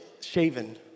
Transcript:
shaven